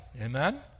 Amen